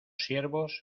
siervos